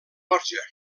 borja